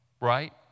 right